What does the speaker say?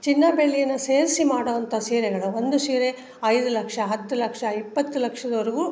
ಚಿನ್ನ ಬೆಳ್ಳಿಯನ್ನು ಸೇರಿಸಿ ಮಾಡುವಂಥ ಸೀರೆಗಳಿವೆ ಒಂದು ಸೀರೆ ಐದು ಲಕ್ಷ ಹತ್ತು ಲಕ್ಷ ಇಪ್ಪತ್ತು ಲಕ್ಷದವರ್ಗೂ